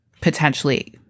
potentially